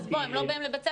אז הם לא באים לבית ספר.